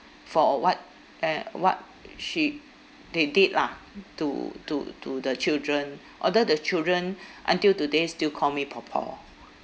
for what uh what she they did lah to to to the children although the children until today still call me po po